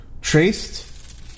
traced